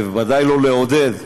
ובוודאי לא לעודד,